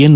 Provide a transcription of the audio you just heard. N